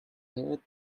heard